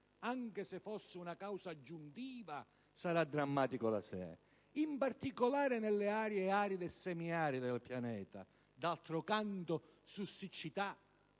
anche se fosse una causa aggiuntiva, in particolare nelle aree aride e semiaride del pianeta. D'altro canto su siccità,